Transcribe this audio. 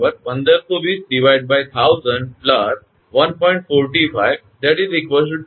તેથી 𝑊𝑇 1520 1000 1